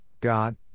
God